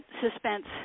suspense